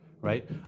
right